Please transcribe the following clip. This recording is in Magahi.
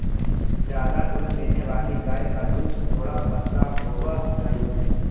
ज्यादा दूध देने वाली गाय का दूध थोड़ा पतला होवअ हई